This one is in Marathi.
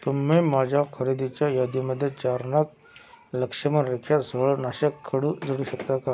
तुम्ही माझ्या खरेदीच्या यादीमध्ये चार नग लक्ष्मण रेखा झुरळनाशक खडू जोडू शकता का